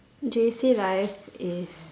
J_C life is